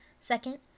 Second